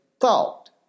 thought